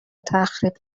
تخریب